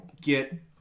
get